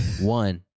One